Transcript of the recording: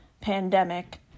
pandemic